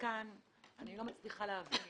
מכאן אני לא מצליחה להבין